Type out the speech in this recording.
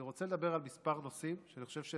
יש